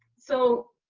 so,